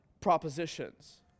propositions